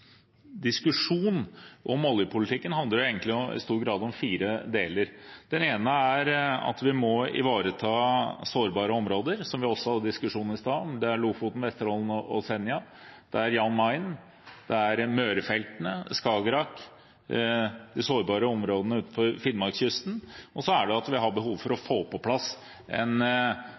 diskusjonen om oljepolitikk handler jo egentlig i stor grad om fire deler. Det ene er at vi må ivareta sårbare områder, som vi også hadde diskusjon om i sted, som Lofoten, Vesterålen og Senja, Jan Mayen, Møre-feltene, Skagerak og de sårbare områdene utenfor Finnmarkskysten. Og så har vi behov for å få på plass en